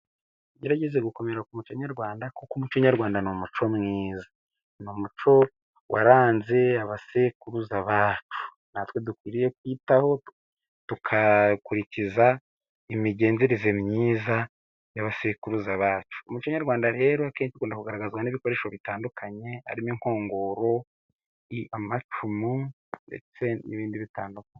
Tugerageze gukomera ku muco nyarwanda. Kuko umuco nyarwanda ni umuco mwiza, ni umuco waranze abasekuruza bacu. Natwe dukwiriye kuwitaho tugakurikiza imigenzereze myiza y'abasekuruza bacu. Umuco nyarwanda rero ukunda kugaragazwa n'ibikoresho bitandukanye, harimo inkongoro, amacumu, ndetse n'ibindi bitandukanye.